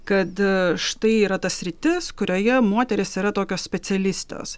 kad štai yra ta sritis kurioje moterys yra tokios specialistės